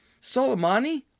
Soleimani